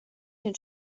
den